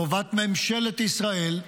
חובת ממשלת ישראל,